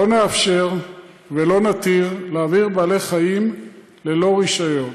לא נאפשר ולא נתיר להעביר בעלי חיים ללא רישיון.